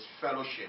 fellowship